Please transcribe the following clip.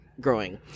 growing